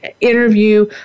interview